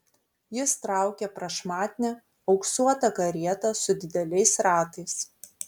jis traukė prašmatnią auksuotą karietą su dideliais ratais